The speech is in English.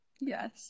Yes